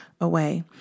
away